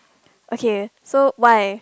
okay so why